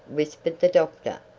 whispered the doctor,